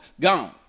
gone